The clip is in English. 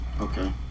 Okay